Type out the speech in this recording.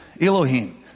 Elohim